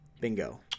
Bingo